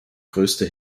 größte